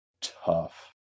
tough